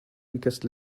weakest